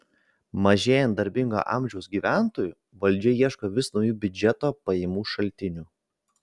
mažėjant darbingo amžiaus gyventojų valdžia ieško vis naujų biudžeto pajamų šaltinių